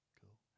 cool